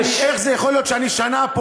אדוני היושב-ראש, ניתן לו